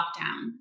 lockdown